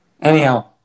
anyhow